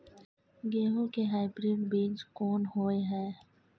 गेहूं के हाइब्रिड बीज कोन होय है?